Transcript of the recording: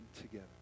together